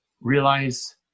realize